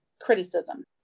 criticism